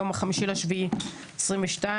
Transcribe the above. היום ה-5 ביולי 22',